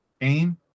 aim